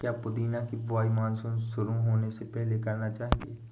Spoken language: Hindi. क्या पुदीना की बुवाई मानसून शुरू होने से पहले करना चाहिए?